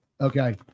Okay